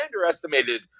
underestimated